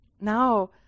now